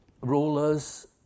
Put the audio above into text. rulers